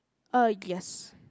uh yes